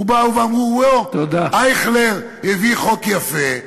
הם באו ואמרו: לא, אייכלר הביא חוק יפה,